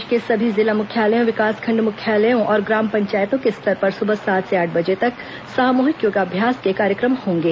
प्रदेश के सभी जिला मुख्यालयों विकासखण्ड मुख्यालयों और ग्राम पंचायतों के स्तर पर सुबह सात से आठ बजे तक सामूहिक योगाभ्यास के कार्यक्रम होंगे